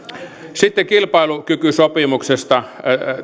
sitten kilpailukykysopimuksesta